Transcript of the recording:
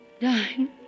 dying